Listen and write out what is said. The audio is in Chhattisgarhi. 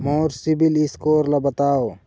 मोर सीबील स्कोर ला मोला बताव?